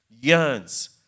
yearns